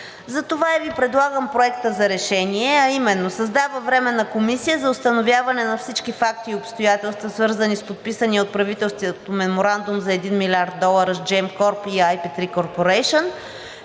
Затова и Ви предлагам Проекта за решение, а именно: „Проект! РЕШЕНИЕ за създаване на Временна комисия за установяване на всички факти и обстоятелства, свързани с подписания от правителството меморандум за 1 млрд. долара с Gеmcorp и IP3 Corporation